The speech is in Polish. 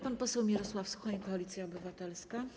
Pan poseł Mirosław Suchoń, Koalicja Obywatelska.